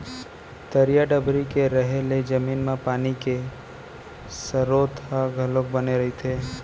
तरिया डबरी के रहें ले जमीन म पानी के सरोत ह घलोक बने रहिथे